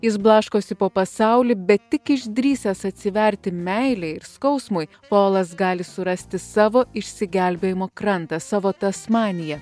jis blaškosi po pasaulį bet tik išdrįsęs atsiverti meilei ir skausmui paolas gali surasti savo išsigelbėjimo krantą savo tasmaniją